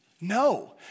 No